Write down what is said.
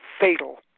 fatal